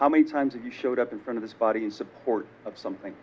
how many times you showed up in front of this body in support of something